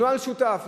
נוהל שותף,